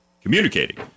communicating